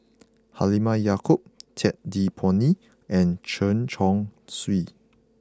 Halimah Yacob Ted De Ponti and Chen Chong Swee